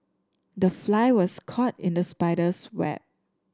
the fly was caught in the spider's web